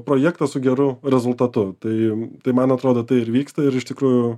projektas su geru rezultatu tai tai man atrodo tai ir vyksta ir iš tikrųjų